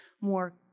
more